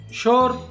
sure